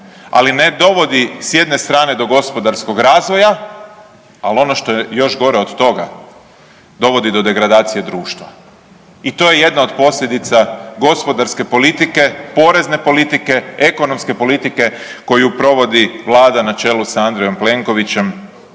ali ne dovodi, s jedne strane do gospodarskog razvoja, ali ono što je još gore od toga, dovodi do degradacije društva i to je jedna od posljedica gospodarske politike, porezne politike, ekonomske politike koju provodi Vlada na čelu s Andrejom Plenkovićem